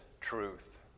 truth